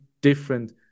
different